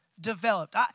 developed